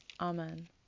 Amen